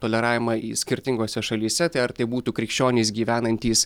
toleravimą į skirtingose šalyse tai ar tai būtų krikščionys gyvenantys